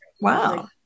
Wow